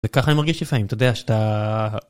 וככה אני מרגיש לפעמים, אתה יודע שאתה...